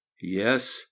Yes